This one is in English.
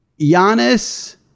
Giannis